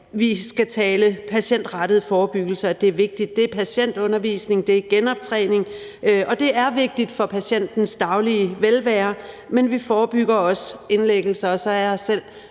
vi skal tale patientrettet forebyggelse, og at det er vigtigt. Det er patientundervisning. Det er genoptræning. Og det er vigtigt for patientens daglige velvære, men vi forebygger også indlæggelser. Og så er jeg selv